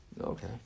Okay